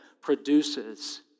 produces